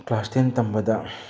class ten ꯇꯝꯕꯗ